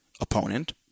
opponent